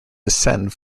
descend